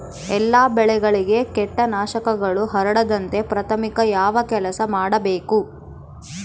ಎಲ್ಲ ಬೆಳೆಗಳಿಗೆ ಕೇಟನಾಶಕಗಳು ಹರಡದಂತೆ ಪ್ರಾಥಮಿಕ ಯಾವ ಕೆಲಸ ಮಾಡಬೇಕು?